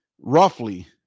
roughly